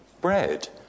bread